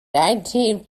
nineteen